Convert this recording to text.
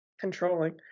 controlling